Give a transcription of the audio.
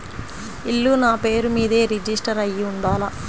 ఇల్లు నాపేరు మీదే రిజిస్టర్ అయ్యి ఉండాల?